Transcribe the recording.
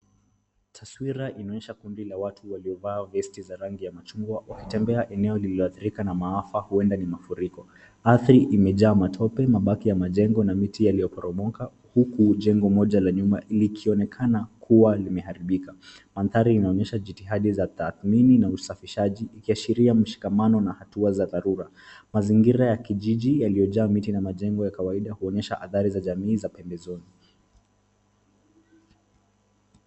Taswira inaonyesha kundi la watu waliovaa vesti za rangi ya machungwa wakitembea eneo lililoathirika na maafa huenda ni mafuriko. Ardhi imejaa matope ,mabaki ya majengo na miti yaliyoporomoka huku jengo moja la nyuma likionekana kuwa limeharibika. Maandhari inaonyesha jitihadi za tathmini na usafishaji ikiashiria mshikamano na hatua za dharura . Mazingira ya kijiji yaliyojaa miti na majengo ya kawaida kuonyesha athari za jamii za pembezoni.